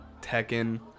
Tekken